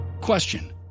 Question